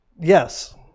Yes